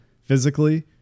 physically